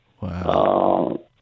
Wow